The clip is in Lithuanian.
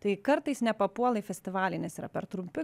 tai kartais nepapuola į festivalį nes yra per trumpi